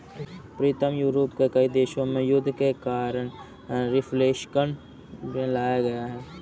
प्रीतम Europe के कई देशों में युद्ध के कारण रिफ्लेक्शन लाया गया है